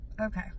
okay